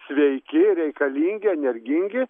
sveiki reikalingi energingi